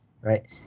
right